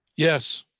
yes,